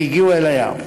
והגיעו אל הים.